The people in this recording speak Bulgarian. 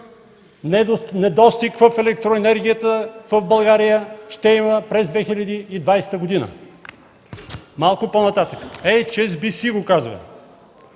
недостиг в електроенергията в България ще има през 2020 г.” Малко по-нататък, „Ейч Ес Би Си” го казва: